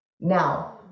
Now